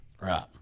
Right